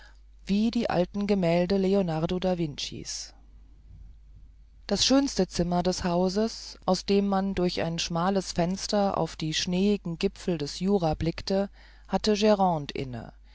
wie die alten gemälde leonardo da vinci's das schönste zimmer des hauses aus dem man durch ein schmales fenster auf die schneeigen gipfel des jura blickte hatte grande inne